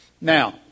Now